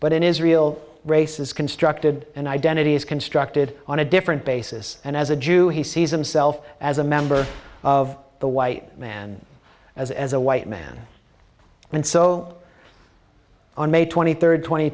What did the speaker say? but in israel race is constructed and identity is constructed on a different basis and as a jew he sees himself as a member of the white man as as a white man and so on may twenty third tw